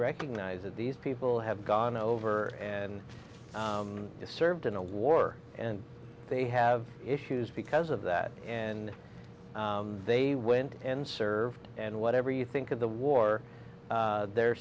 recognize that these people have gone over and served in a war and they have issues because of that and they went and served and whatever you think of the war their